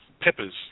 peppers